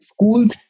schools